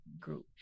group